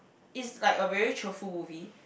is like a very cheerful movie